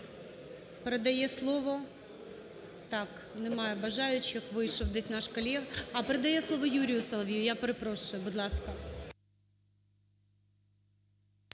передає слово Юрію Солов'ю, я перепрошую. Будь ласка.